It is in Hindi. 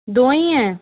दो ही हैं